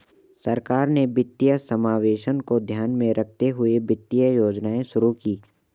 सरकार ने वित्तीय समावेशन को ध्यान में रखते हुए वित्तीय योजनाएं शुरू कीं